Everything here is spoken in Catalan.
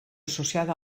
associada